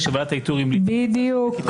שוועדת האיתור המליצה לפי הקריטריונים.